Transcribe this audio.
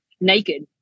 naked